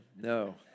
no